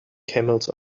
camels